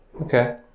Okay